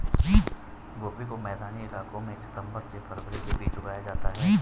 गोभी को मैदानी इलाकों में सितम्बर से फरवरी के बीच उगाया जाता है